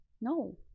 No